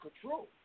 control